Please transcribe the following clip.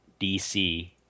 DC